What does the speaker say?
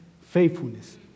faithfulness